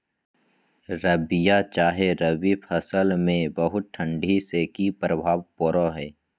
रबिया चाहे रवि फसल में बहुत ठंडी से की प्रभाव पड़ो है?